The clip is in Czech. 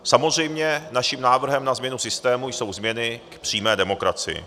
Samozřejmě naším návrhem na změnu systému jsou změny v přímé demokracii.